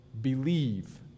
believe